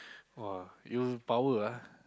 !wah! you power ah